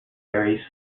very